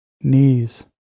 knees